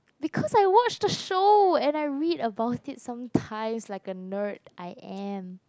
because I watch the show and I read about it sometimes like a nerd I am